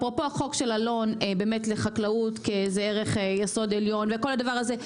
אפרופו החוק של אלון באמת לחקלאות כערך יסוד עליון וכל הדבר הזה,